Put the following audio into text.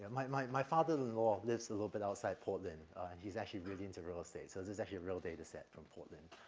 my my my father-in-law lives a little bit outside portland, ah, and he's actually really into real estate. so this is actually a real data-set from portland.